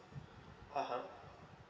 (uh huh)